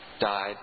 died